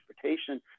Transportation